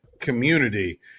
community